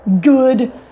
good